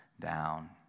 down